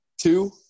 Two